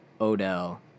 odell